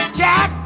jack